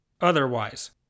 Otherwise